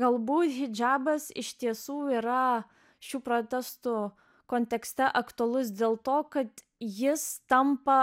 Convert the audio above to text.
galbūt hidžabas iš tiesų yra šių protestų kontekste aktualus dėl to kad jis tampa